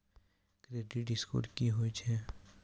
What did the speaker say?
Credit score की होय छै?